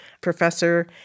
professor